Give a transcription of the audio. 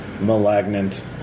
malignant